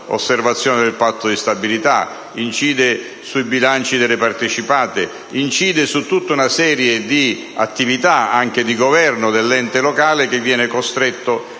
sull'osservazione del Patto di stabilità, sui bilanci delle partecipate e su tutta una serie di attività, anche di governo, dell'ente locale, che viene costretto